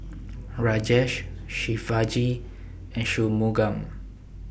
Rajesh Shivaji and Shunmugam